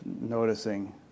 noticing